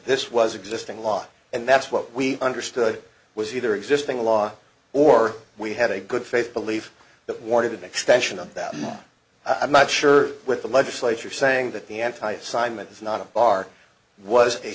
this was existing law and that's what we understood was either existing law or we had a good faith belief that wanted the extension of that i'm not sure with the legislature saying that the anti assignment is not a bar was a